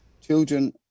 children